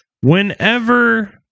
Whenever